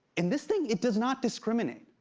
and this thing, it does not discriminate.